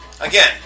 Again